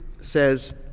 says